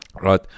Right